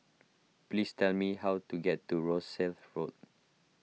please tell me how to get to Rosyth Road